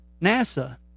NASA